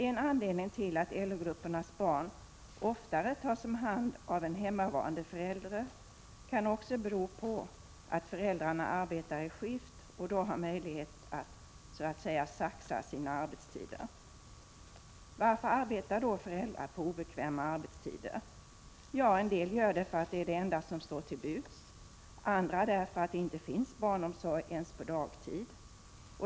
En anledning till att LO-gruppernas barn oftare tas om hand av en hemmavarande förälder kan också vara att föräldrarna arbetar i skift och då har möjlighet att ”saxa” sina arbetstider. Varför arbetar föräldrar på obekväma arbetstider? En del gör det därför att det alternativet är det enda som står till buds, andra därför att det inte finns barnomsorg ens på dagtid.